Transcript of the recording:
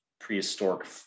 prehistoric